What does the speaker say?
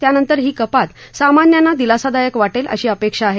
त्यानंतर ही दर कपात सामान्यांना दिलासादायक वाटेल अशी अपेक्षा आहे